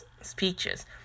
speeches